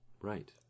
Right